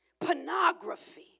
Pornography